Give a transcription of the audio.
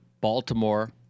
Baltimore